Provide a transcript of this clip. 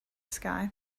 sky